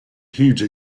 huge